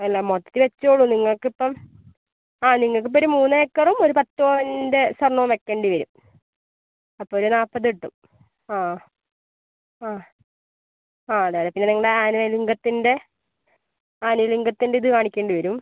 അല്ലാ മൊത്തത്തിൽ വെച്ചോളു നിങ്ങൾക്കിപ്പം ആ നിങ്ങൾക്കിപ്പൊരു മൂന്നേക്കറും ഒരു പത്ത് പവൻ്റെ സ്വർണ്ണവും വെയ്ക്കേണ്ടി വരും അപ്പമൊരു നാപ്പത് കിട്ടും ആ ആ അതെയതെ പിന്നെ നിങ്ങളുടെ ആനുവൽ ഇൻകത്തിൻ്റെ ആനുവൽ ഇൻകത്തിൻ്റെ ഇത് കാണിക്കേണ്ടി വരും